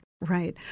Right